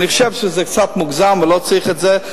אני חושב שזה קצת מוגזם ולא צריך את זה,